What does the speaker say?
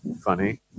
funny